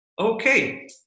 Okay